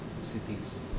cities